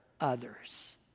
others